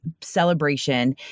celebration